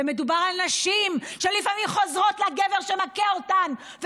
ושמדובר על נשים שלפעמים חוזרות לגבר שמכה אותן,